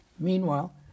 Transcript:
Meanwhile